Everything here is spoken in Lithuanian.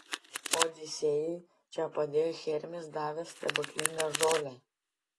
odisėjui čia padėjo hermis davęs stebuklingą žolę